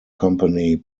company